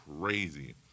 crazy